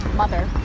mother